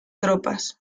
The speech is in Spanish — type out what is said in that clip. tropas